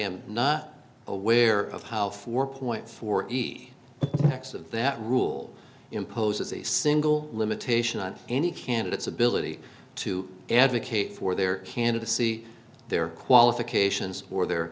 am not aware of how four point four x of that rule imposes a single limitation on any candidates ability to advocate for their candidacy their qualifications or their